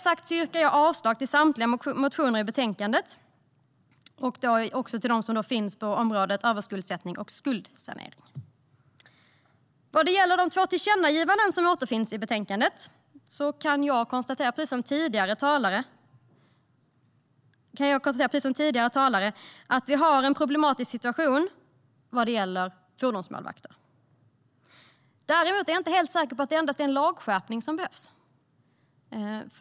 Jag yrkar avslag på samtliga reservationer i betänkandet, alltså också dem som rör överskuldsättning och skuldsanering. Vad gäller de två tillkännagivanden som återfinns i betänkandet kan jag, precis som tidigare talare, konstatera att vi har en problematisk situation när det gäller fordonsmålvakter. Jag är dock inte säker på att det endast är en lagskärpning som behövs.